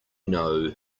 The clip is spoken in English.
know